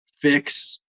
fix